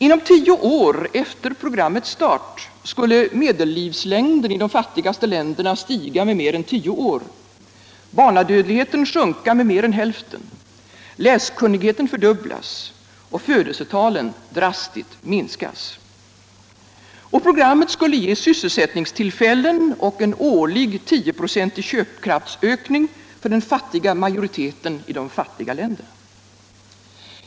Inom tio år efter programmets start skulle medellivslängden i de fattigaste länderna stiga med mer än tio år, barnadödligheten sjunka med mer än hälften, läskunnigheten fördubblas och födelsetalen drastiskt minska. Och programmet skulle ge sysselsättningstillfällen och en årlig 10-procentig köpkraftsökning för den fattiga majoriteten i de fattiga länderna.